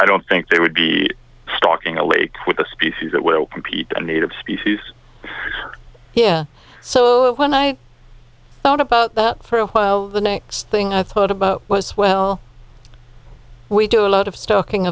i don't think they would be stocking a lake with a species that will compete on native species yeah so when i thought about that for a while the next thing i thought about was well we do a lot of stalking